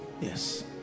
Yes